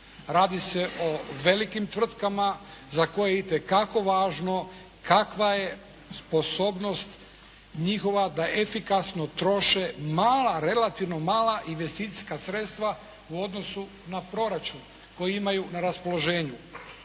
Radi se o velikim tvrtkama za koje je itekako važno kakva je sposobnost njihova da efikasno troše mala, relativno mala investicijska sredstva u odnosu na proračun koji imaju na raspoloženju.